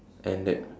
and that